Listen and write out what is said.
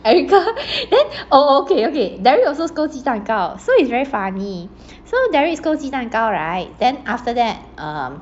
erica then oh oh okay okay derrick also scold 鸡蛋糕 so it's very funny so derrick scold 鸡蛋糕 right then after that um